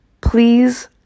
please